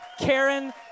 Karen